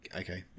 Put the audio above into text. okay